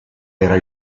era